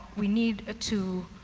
we need ah to